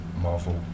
Marvel